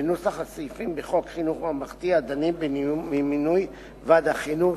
לנוסח הסעיפים בחוק חינוך ממלכתי הדנים במינוי ועד החינוך